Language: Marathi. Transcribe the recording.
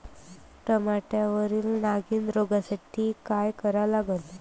टमाट्यावरील नागीण रोगसाठी काय करा लागन?